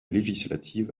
législative